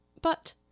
But